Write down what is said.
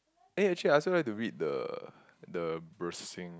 eh actually I also like to read the the